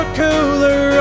cooler